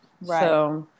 Right